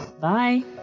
bye